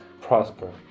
prosper